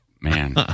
man